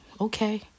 okay